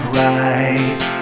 right